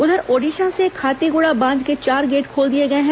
उधर ओडिशा से खातिगुड़ा बांध के चार गेट खोल दिए गए हैं